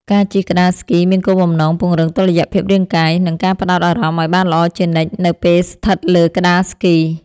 ការជិះក្ដារស្គីមានគោលបំណងពង្រឹងតុល្យភាពរាងកាយ និងការផ្ដោតអារម្មណ៍ឱ្យបានល្អជានិច្ចនៅពេលស្ថិតលើក្ដារស្គី។